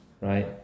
right